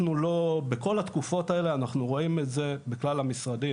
אנחנו לא בכל התקופות האלה אנחנו רואים את זה בכלל המשרדים,